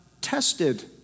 tested